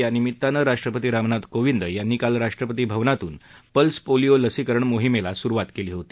यानिमित्तानं राष्ट्रपती रामनाथ कोविंद यांनी काल राष्ट्रपती भवनातून पल्स पोलिओ लसीकरण मोहीमेला सुरुवात केली होती